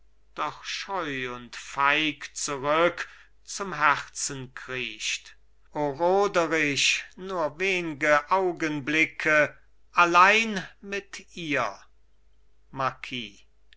doch scheu und feig zurück zum herzen kriecht o roderich nur wen'ge augenblicke allein mit ihr